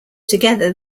together